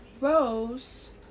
Rose